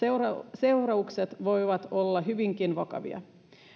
seuraukset voivat olla hyvinkin vakavia